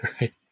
right